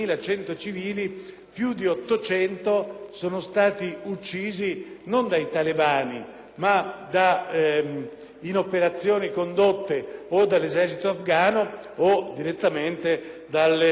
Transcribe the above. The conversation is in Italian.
ma in operazioni condotte o dall'esercito afgano o direttamente dalle forze militari internazionali.